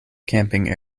camping